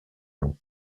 nom